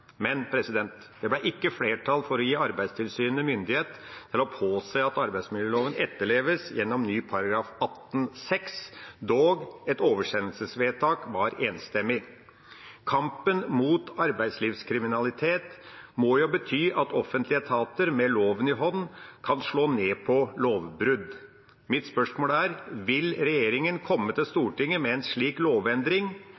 Men det ble ikke flertall for å gi Arbeidstilsynet myndighet til å påse at arbeidsmiljøloven etterleves gjennom ny § 18-6, dog var et oversendelsesvedtak enstemmig. Kampen mot arbeidslivskriminalitet må jo bety at offentlige etater med loven i hånd kan slå ned på lovbrudd. Mitt spørsmål er: Vil regjeringa komme til